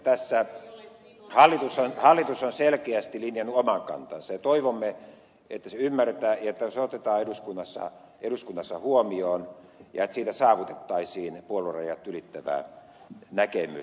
tässä hallitus on selkeästi linjannut oman kantansa ja toivomme että se ymmärretään ja se otetaan eduskunnassa huomioon ja siitä saavutettaisiin puoluerajat ylittävä näkemys